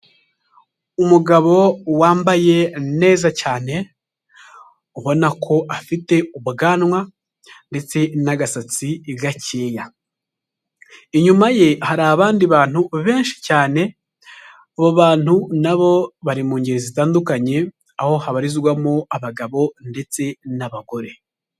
Umugabo wambaye neza cyane, ubona ko afite ubwanwa ndetse n'asatsi gakeya, inyuma ye hari abandi bantu benshi cyane, abo bantu na bo bari mu ngeri zitandukanye, aho habarizwamo abagabo ndetse n'abagore.